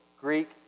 Greek